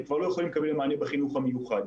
הם כבר לא יכולים לקבל מענה בחינוך המיוחד.